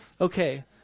Okay